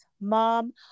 mom